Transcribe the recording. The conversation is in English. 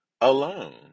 alone